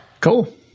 Cool